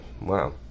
wow